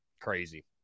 crazy